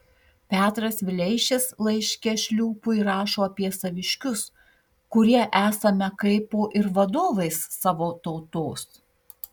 petras vileišis laiške šliūpui rašo apie saviškius kurie esame kaipo ir vadovais savo tautos